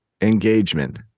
engagement